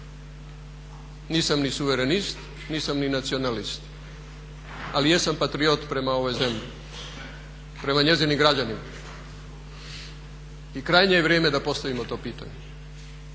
Nisam ni suverenist, nisam ni nacionalist, ali jesam patriot prema ovoj zemlji, prema njezinim građanima i krajnje je vrijeme da postavimo to pitanje.